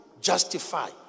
justify